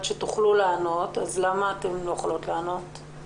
שתוכלו לענות אז למה אתן לא יכולות לענות?